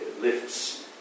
lifts